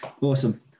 Awesome